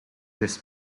this